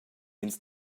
ins